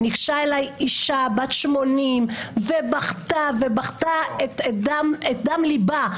וניגשה אליי אישה בת 80 ובכתה ובכתה מדם ליבה.